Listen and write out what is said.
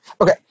Okay